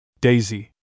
Daisy